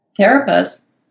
therapists